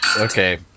Okay